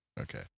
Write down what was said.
Okay